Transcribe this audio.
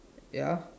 ya